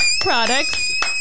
products